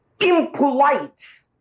impolite